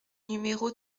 numéro